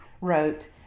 wrote